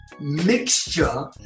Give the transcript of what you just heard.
mixture